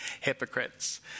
hypocrites